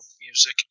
music